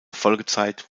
folgezeit